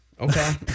Okay